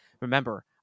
Remember